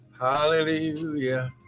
Hallelujah